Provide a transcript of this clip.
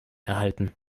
erhalten